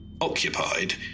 occupied